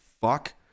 fuck